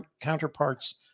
counterparts